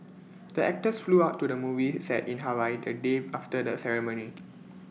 the actors flew out to the movie set in Hawaii the day after the ceremony